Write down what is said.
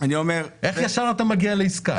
איך ישר אתה מגיע לעסקה?